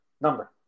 Number